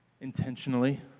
intentionally